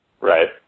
Right